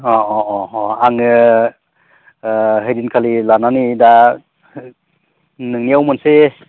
अ अ अ आङो ओ ओइदिनखालि लानानै दा नोंनियाव मोनसे